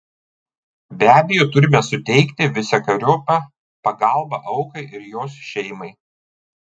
be abejo turime suteikti visokeriopą pagalbą aukai ir jos šeimai